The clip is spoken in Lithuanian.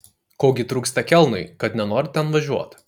ko gi trūksta kelnui kad nenori ten važiuot